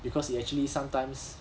because it actually sometimes